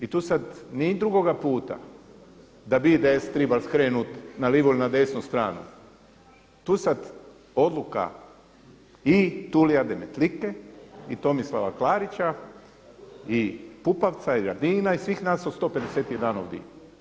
I tu sad ni drugoga puta, da bi IDS tribal skrenut na livu ili na desnu stranu, tu sad odluka i Tulia Demetlike i Tomislava Klarića i Pupovca i Radina i svih nas od 151 ovdi.